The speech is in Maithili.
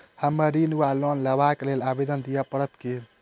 हमरा ऋण वा लोन लेबाक लेल आवेदन दिय पड़त की?